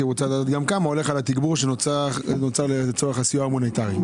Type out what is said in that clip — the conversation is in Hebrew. רוצה לדעת גם כמה הולך לתגבור שנוצר לצורך הסיוע ההומניטרי.